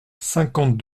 cinquante